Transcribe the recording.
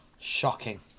Shocking